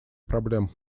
проблем